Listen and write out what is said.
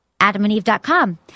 AdamandEve.com